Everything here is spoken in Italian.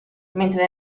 mentre